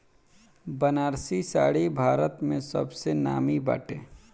बनारसी साड़ी भारत में सबसे नामी बाटे